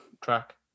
track